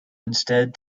instead